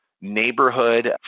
neighborhood